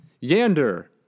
Yander